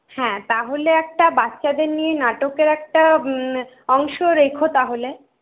হ্যাঁ তাহলে একটা বাচ্চাদের নিয়ে নাটকের একটা অংশ রেখো তাহলে